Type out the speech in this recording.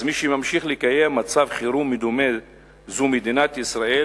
אז מי שממשיך לקיים מצב חירום מדומה זה מדינת ישראל,